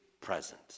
present